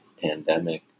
pandemic